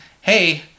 hey